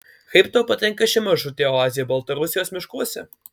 kaip tau patinka ši mažutė oazė baltarusijos miškuose